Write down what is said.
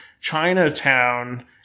Chinatown